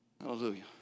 Hallelujah